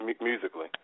Musically